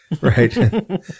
Right